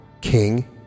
king